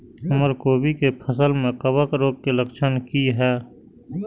हमर कोबी के फसल में कवक रोग के लक्षण की हय?